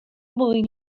mwyn